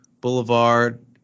Boulevard